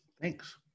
Thanks